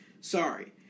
sorry